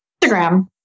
Instagram